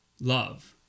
love